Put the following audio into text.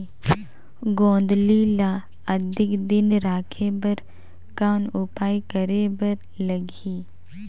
गोंदली ल अधिक दिन राखे बर कौन उपाय करे बर लगही?